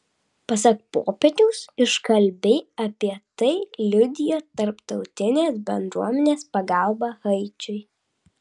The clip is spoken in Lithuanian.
pasak popiežiaus iškalbiai apie tai liudija tarptautinės bendruomenės pagalba haičiui